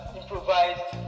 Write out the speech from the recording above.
improvised